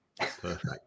Perfect